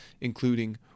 including